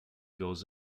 goes